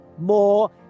more